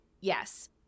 yes